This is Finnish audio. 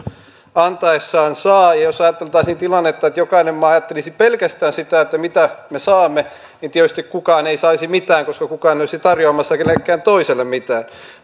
antaessaan myös saa ja jos ajateltaisiin tilannetta että jokainen maa ajattelisi pelkästään sitä mitä se saa niin tietysti kukaan ei saisi mitään koska kukaan ei olisi tarjoamassa kenellekään toiselle mitään